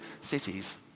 cities